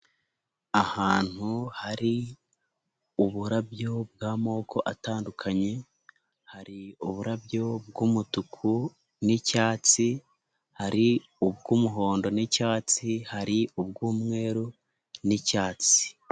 Ahantu hari uburabyo bw'amoko atandukanye, hari uburabyo bw'umutuku n'icyatsi, hari ubw'umuhondo n'icyatsi, hari ubw'umweru n'icyatsi.